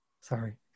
Sorry